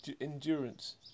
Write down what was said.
endurance